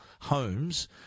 homes